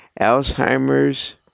Alzheimer's